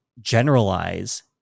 generalize